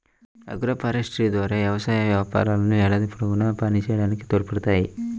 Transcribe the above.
agroforestry ద్వారా వ్యవసాయ వ్యాపారాలు ఏడాది పొడవునా పనిచేయడానికి తోడ్పడతాయి